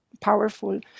powerful